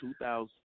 2000